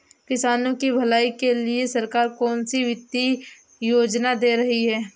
किसानों की भलाई के लिए सरकार कौनसी वित्तीय योजना दे रही है?